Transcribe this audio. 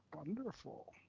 wonderful.